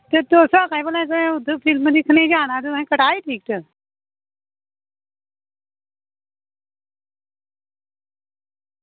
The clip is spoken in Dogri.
ते तुस आक्खा दे भला उद्धर में फिल्म दिक्खनै गी जाना ते तुसें कटाई टिकट